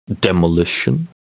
Demolition